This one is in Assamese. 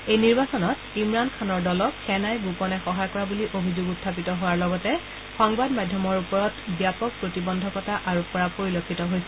এই নিৰ্বাচনত ইমৰাণ খানৰ দলক সেনাই গোপনে সহায় কৰা বুলি অভিযোগ উখাপিত হোৱাৰ লগতে সংবাদ মাধ্যমৰ ওপৰত ব্যাপক প্ৰতিবন্ধকতা আৰোপ কৰা পৰিলক্ষিত হৈছে